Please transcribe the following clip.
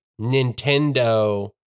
Nintendo